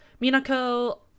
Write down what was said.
Minako